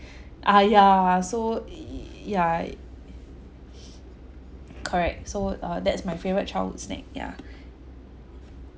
ah ya so ya correct so uh that's my favourite childhood snack ya